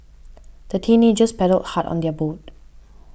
the teenagers paddled hard on their boat